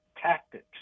tactics